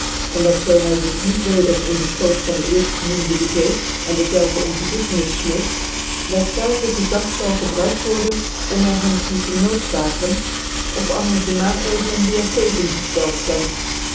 en dat zoo hy zich niet weder in de fchoot van de ecrrgenocmdc begeeft en dezelve om vergiffenis fmeckt dat zelve gcz ig zal gebruikt worden om er hem toe te noodzaken of anders de maatregelen die er tegen